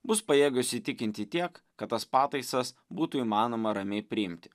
bus pajėgios įtikinti tiek kad tas pataisas būtų įmanoma ramiai priimti